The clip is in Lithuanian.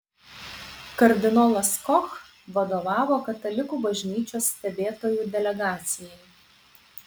kardinolas koch vadovavo katalikų bažnyčios stebėtojų delegacijai